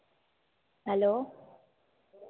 hello